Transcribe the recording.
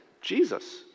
Jesus